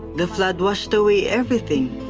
the flood washed away everything.